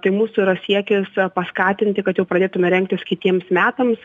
tai mūsų yra siekis paskatinti kad jau pradėtume rengtis kitiems metams